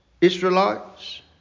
Israelites